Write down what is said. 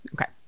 okay